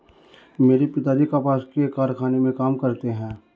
मेरे पिताजी कपास के कारखाने में काम करते हैं